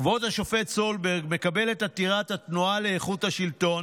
כבוד השופט סולברג מקבל את עתירת התנועה לאיכות השלטון